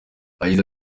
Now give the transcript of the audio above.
agize